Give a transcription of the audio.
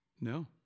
No